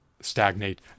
stagnate